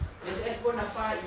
U_S_S pun ada